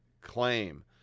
claim